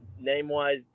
name-wise